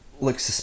looks